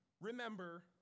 remember